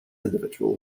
individual